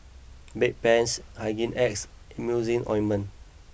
Bedpans Hygin X and Emulsying Ointment